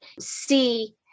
see